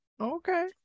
Okay